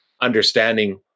understanding